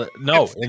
No